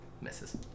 misses